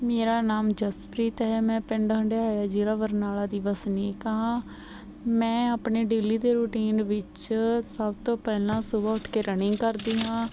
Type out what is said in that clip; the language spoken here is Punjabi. ਮੇਰਾ ਨਾਮ ਜਸਪ੍ਰੀਤ ਹੈ ਮੈਂ ਪਿੰਡ ਹੰਡਾਇਆ ਜ਼ਿਲ੍ਹਾ ਬਰਨਾਲਾ ਦੀ ਵਸਨੀਕ ਹਾਂ ਮੈਂ ਆਪਣੇ ਡੇਲੀ ਦੇ ਰੂਟੀਨ ਵਿੱਚ ਸਭ ਤੋਂ ਪਹਿਲਾਂ ਸੁਬਹਾ ਉੱਠ ਕੇ ਰਨਿੰਗ ਕਰਦੀ ਹਾਂ